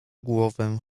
głowę